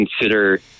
consider